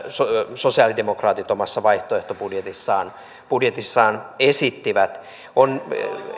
sosialidemokraatit omassa vaihtoehtobudjetissaan esittivät on